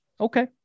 Okay